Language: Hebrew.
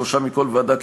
שלושה מכל ועדה,